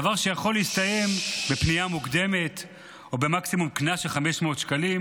דבר שיכול להסתיים בפנייה מוקדמת או במקסימום קנס של 500 שקלים,